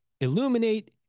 Illuminate